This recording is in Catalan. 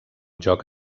joc